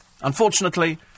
Unfortunately